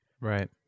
right